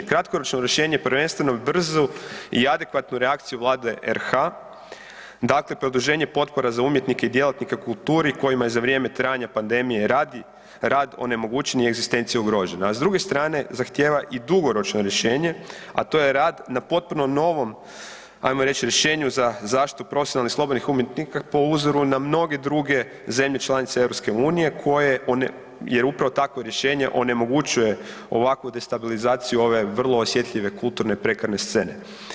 Kratkoročno rješenje prvenstveno brzu i adekvatnu reakciju Vlade RH, dakle produženje potpora za umjetnike i djelatnike u kulturi kojima je za vrijeme trajanja pandemije radi, rad onemogućen i egzistencija ugrožena, a s druge strane zahtjeva i dugoročno rješenja, a to je rad na potpuno novom ajmo reći rješenju za zaštitu profesionalnih slobodnih umjetnika po uzoru na mnoge druge zemlje članice EU koje, jer upravo tako rješenje, onemogućuje ovakvu destabilizaciju ove vrlo osjetljive kulturne prekarne scene.